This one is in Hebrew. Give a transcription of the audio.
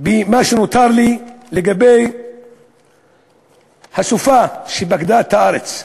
בזמן שנותר לי לסופה שפקדה את הארץ.